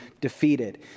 defeated